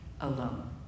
alone